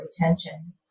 retention